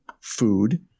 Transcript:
food